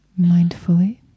mindfully